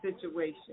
situation